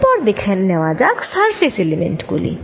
এর পর দেখে নেওয়া যাক সারফেস এলিমেন্ট গুলি